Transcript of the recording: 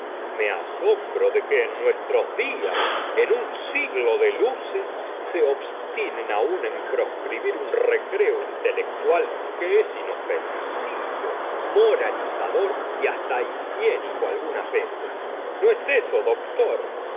me asombro de que en nuestros días en un siglo de luces se obstinen aún en proscribir un recreo intelectual que es inofensivo moralizador y hasta higiénico algunas veces no es eso doctor